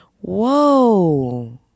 Whoa